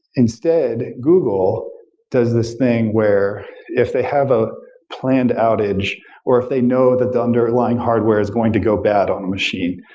instead, google does this thing where if they have a planned outage or if they know the the underlying hardware is going to go bad on the machine,